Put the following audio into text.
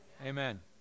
Amen